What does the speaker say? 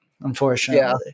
unfortunately